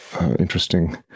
interesting